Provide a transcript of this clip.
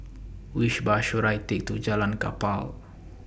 Which Bus should I Take to Jalan Kapal